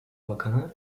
bakanı